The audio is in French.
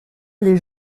les